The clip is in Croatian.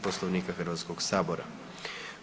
Poslovnika HS-a.